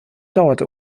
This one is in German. dauerte